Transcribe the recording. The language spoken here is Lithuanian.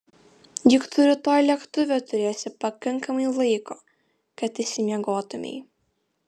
juk tu rytoj lėktuve turėsi pakankamai laiko kad išsimiegotumei